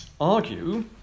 argue